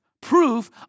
proof